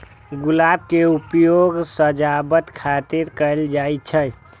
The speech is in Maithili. गुलाब के उपयोग सजावट खातिर कैल जाइ छै